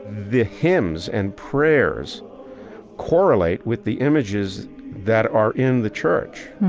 the hymns and prayers correlate with the images that are in the church,